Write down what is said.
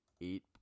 eight